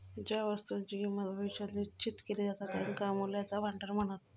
ज्या वस्तुंची किंमत भविष्यात निश्चित केली जाता त्यांका मूल्याचा भांडार म्हणतत